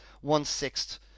one-sixth